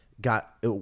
got